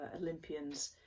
Olympians